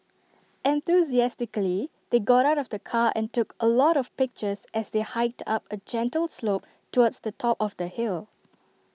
enthusiastically they got out of the car and took A lot of pictures as they hiked up A gentle slope towards the top of the hill